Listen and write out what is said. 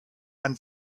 and